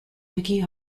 mickey